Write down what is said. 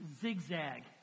Zigzag